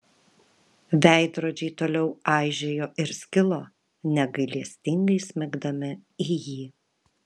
veidrodžiai toliau aižėjo ir skilo negailestingai smigdami į jį